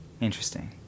interesting